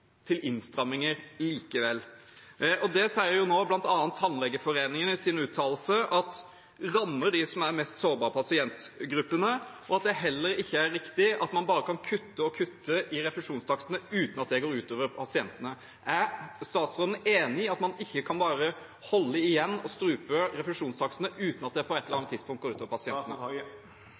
til innstramminger likevel. Blant annet sier nå Tannlegeforeningen i sine uttalelser at det rammer de mest sårbare pasientgruppene, og at det heller ikke er riktig bare å kutte og kutte i refusjonstakstene uten at det går ut over pasientene. Er statsråden enig i at man ikke bare kan holde igjen og strupe refusjonstakstene uten at det på et eller annet tidspunkt går ut over pasientene?